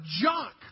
junk